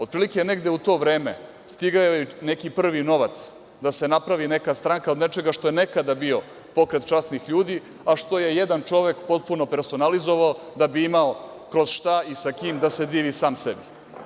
Od prilike negde u to vreme stigao je i neki prvi novac da se napravi neka stranka od nečega što je nekada bio pokret časnih ljudi, a što je jedan čovek potpuno personalizovao da bi imao kroz šta i sa kim da se divi sam sebi.